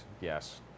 yes